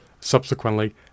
subsequently